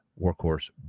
workhorse